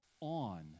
on